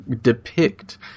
depict